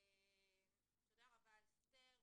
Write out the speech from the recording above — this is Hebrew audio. תודה רבה, אסתר.